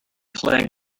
flagged